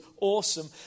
awesome